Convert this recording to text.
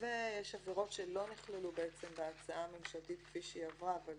יש עבירות שלא נכללו בהצעה הממשלתית כפי שהיא עברה אבל